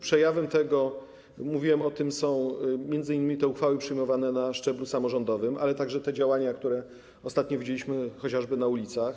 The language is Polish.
Przejawem tego, mówiłem o tym, są m.in. te uchwały przyjmowane na szczeblu samorządowym, ale także te działania, które ostatnio widzieliśmy chociażby na ulicach.